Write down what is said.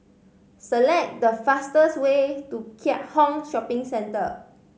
select the fastest way to Keat Hong Shopping Centre